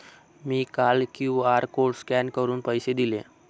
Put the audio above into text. मी काल QR code scan करून पैसे दिले